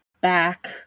back